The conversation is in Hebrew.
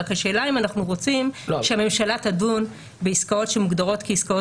רק השאלה אם אנחנו רוצים שהממשלה תדון בעסקאות שמוגדרות כעסקאות